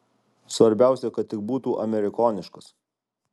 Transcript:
svarbiausia kad tik būtų amerikoniškas